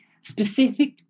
specific